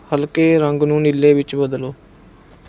ਹਲਕੇ ਰੰਗ ਨੂੰ ਨੀਲੇ ਵਿੱਚ ਬਦਲੋ